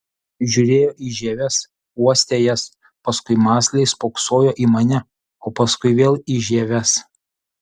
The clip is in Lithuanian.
žiūrėjo į žieves uostė jas paskui mąsliai spoksojo į mane o paskui vėl į žieves